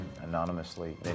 anonymously